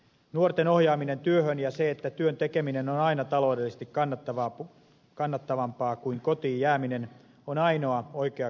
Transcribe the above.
nuorten ohjaaminen työhön ja se että työn tekeminen on aina taloudellisesti kannattavampaa kuin kotiin jääminen on ainoa oikea kasvatusmalli nuorille